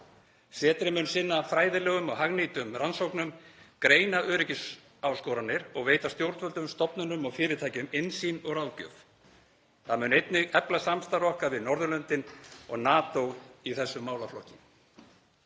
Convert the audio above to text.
Setrið mun sinna fræðilegum og hagnýtum rannsóknum, greina öryggisáskoranir og veita stjórnvöldum, stofnunum og fyrirtækjum innsýn og ráðgjöf. Það mun einnig efla samstarf okkar við Norðurlöndin og NATO í þessum málaflokki.